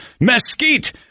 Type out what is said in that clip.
Mesquite